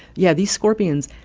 yeah, these scorpions,